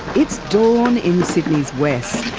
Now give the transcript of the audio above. it's dawn in sydney's west,